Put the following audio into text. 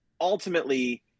ultimately